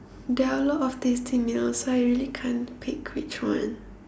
there are a lot of tasty meals I really can't pick which one